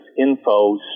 Info